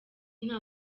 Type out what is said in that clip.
nta